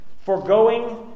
Forgoing